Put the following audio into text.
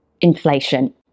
inflation